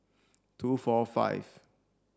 two four five